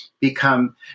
become